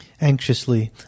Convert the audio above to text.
Anxiously